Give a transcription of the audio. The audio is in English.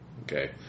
Okay